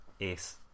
ace